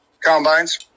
Combines